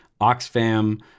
Oxfam